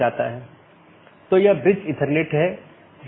जैसा कि हमने देखा कि रीचैबिलिटी informations मुख्य रूप से रूटिंग जानकारी है